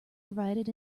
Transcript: provided